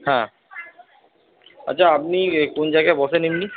হ্যাঁ আচ্ছা আপনি কোন জায়গায় বসেন এমনি